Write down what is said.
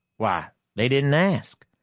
why, they didn't ask.